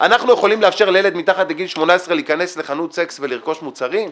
אנחנו יכולים לאפשר לילד מתחת לגיל 18 להיכנס לחנות סקס ולרכוש מוצרים?